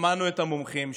שמענו את המומחים,